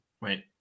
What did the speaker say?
Wait